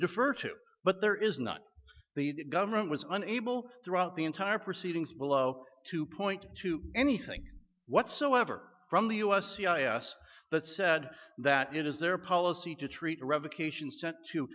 to but there is not the government was unable throughout the entire proceedings below to point to anything whatsoever from the u s c i s that said that it is their policy to treat revocation sent you